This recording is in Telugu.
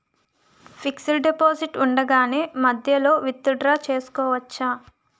ఫిక్సడ్ డెపోసిట్ ఉండగానే మధ్యలో విత్ డ్రా చేసుకోవచ్చా?